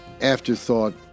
afterthought